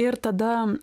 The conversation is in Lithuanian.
ir tada